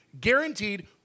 guaranteed